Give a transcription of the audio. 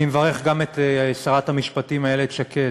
אני מברך גם את שרת המשפטים איילת שקד,